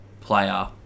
player